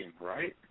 right